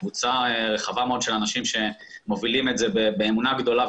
קבוצה רחבה מאוד של אנשים שמובילים את זה באמונה גדולה.